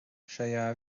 šajā